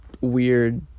weird